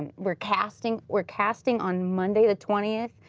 and we're casting we're casting on monday, the twentieth,